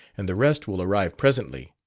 and the rest will arrive presently.